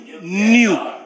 new